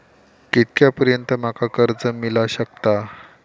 कितक्या पर्यंत माका कर्ज मिला शकता?